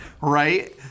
right